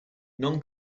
non